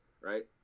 right